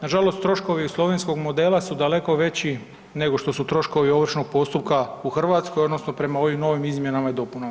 Nažalost troškovi slovenskog modela su daleko veći nego što su troškovi Ovršnog postupka u Hrvatskoj odnosno prema ovim novim izmjenama i dopunama.